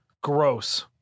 Gross